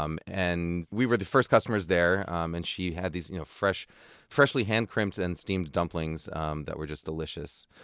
um and we were the first customers there, um and she had these you know freshly freshly hand-crimped and steamed dumplings um that were delicious.